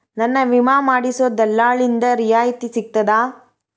ನನ್ನ ವಿಮಾ ಮಾಡಿಸೊ ದಲ್ಲಾಳಿಂದ ರಿಯಾಯಿತಿ ಸಿಗ್ತದಾ?